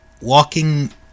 walking